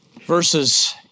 verses